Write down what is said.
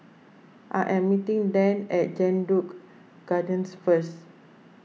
I am meeting Dan at Jedburgh Gardens first